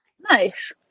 nice